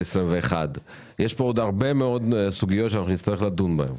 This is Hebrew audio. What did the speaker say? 21. יש פה עוד הרבה מאוד סוגיות שנצטרך לדון בהן.